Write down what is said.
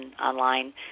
online